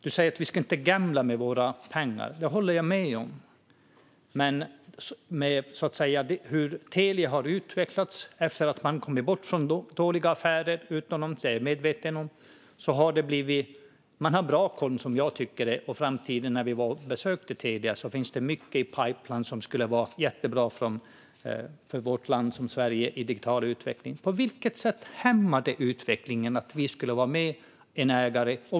Du säger att vi inte ska gambla med våra pengar. Det håller jag med om. Jag är medveten om att Telia har utvecklats efter att man kommit bort från dåliga affärer utomlands. Jag tycker att man har bra koll på framtiden. När vi var och besökte Telia fick vi veta att det finns mycket i pipelinen som skulle vara jättebra för den digitala utvecklingen i vårt land Sverige. På vilket sätt hämmar det utvecklingen att vi skulle vara med som ägare?